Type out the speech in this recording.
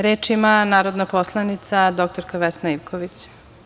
Reč ima narodna poslanica dr Vesna Ivković.